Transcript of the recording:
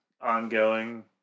Ongoing